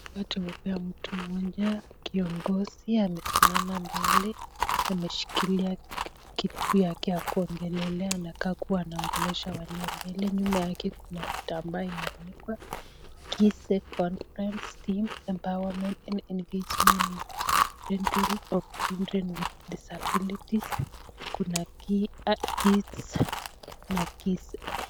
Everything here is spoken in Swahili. Watu wamepea mtu mmoja kiongozi amesimama mbele, ameshikilia kitu yake ya kuongelelea. Anakaa kuwa anaongelesha walio mbele. Nyuma yake kuna kitambaa imeandikwa Kise Conference team enpowerment and engagement parental of children with disabilities . Kuna KIS na Kise .